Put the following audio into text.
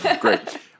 Great